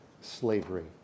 slavery